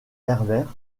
herbert